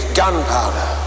gunpowder